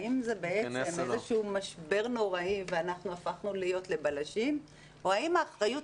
האם זה איזשהו משבר נוראי ואנחנו הפכנו להיות לבלשים או האם האחריות